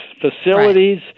facilities